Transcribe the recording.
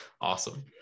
Awesome